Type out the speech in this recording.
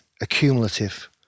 accumulative